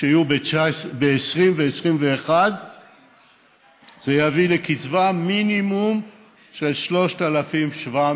שיהיו ב-2020 ו-2021 יביאו לקצבה של מינימום 3,700,